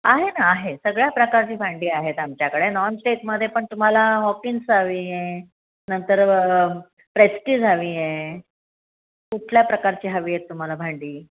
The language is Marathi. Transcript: आहे ना आहे सगळ्या प्रकारची भांडी आहेत आमच्याकडे नॉनस्टेटमध्ये पण तुम्हाला हॉकीन्स हवी आहे नंतर प्रेस्टीज हवी आहे कुठल्या प्रकारची हवी आहेत तुम्हाला भांडी